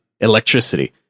electricity